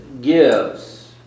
gives